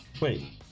Wait